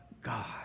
God